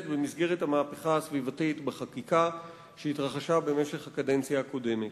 במסגרת המהפכה הסביבתית בחקיקה שהתרחשה בקדנציה הקודמת.